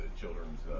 children's